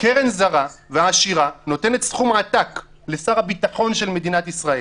קרן זרה ועשירה נותנת סכום עתק לשר הביטחון של ישראל.